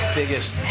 biggest